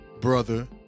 brother